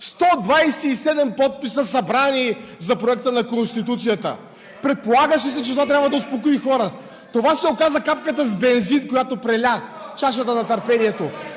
127 подписа, събрани за Проекта на Конституцията!? (Реплики от ГЕРБ и ОП.) Предполагаше се, че това трябва да успокои хората. Това се оказа капката с бензин, която преля чашата на търпението.